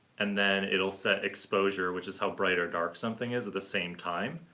and then it'll set exposure, which is how bright or dark something is, at the same time.